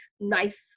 nice